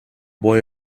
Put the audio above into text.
boy